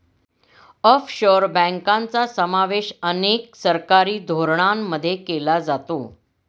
offshore बँकांचा समावेश अनेक सरकारी धोरणांमध्ये केला जातो